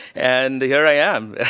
and here i am.